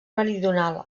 meridional